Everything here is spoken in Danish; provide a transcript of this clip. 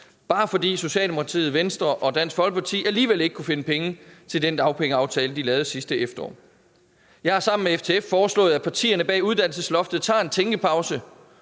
bare fordi Socialdemokratiet, Venstre og Dansk Folkeparti alligevel ikke kunne finde penge til den dagpengeaftale, de lavede sidste efterår. Jeg har sammen med FTF foreslået, at partierne bag uddannelsesloftet tager en tænkepause